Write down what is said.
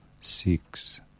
six